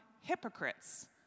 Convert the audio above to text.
hypocrites